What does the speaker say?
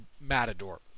matador